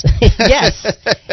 yes